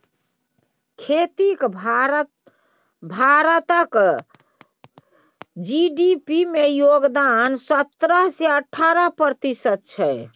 खेतीक भारतक जी.डी.पी मे योगदान सतरह सँ अठारह प्रतिशत छै